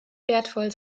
wertvoll